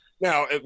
Now